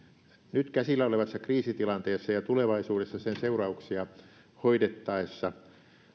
nyt käsillä olevassa kriisitilanteessa ja tulevaisuudessa sen seurauksia hoidettaessa